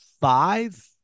five